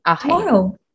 tomorrow